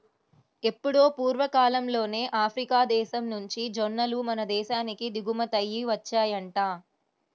ఎప్పుడో పూర్వకాలంలోనే ఆఫ్రికా దేశం నుంచి జొన్నలు మన దేశానికి దిగుమతయ్యి వచ్చాయంట